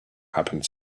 happened